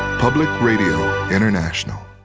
public radio international.